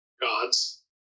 gods